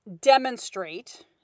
demonstrate